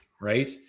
right